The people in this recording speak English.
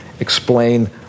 Explain